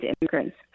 immigrants